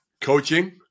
Coaching